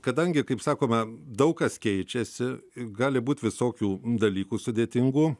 kadangi kaip sakoma daug kas keičiasi gali būt visokių dalykų sudėtingų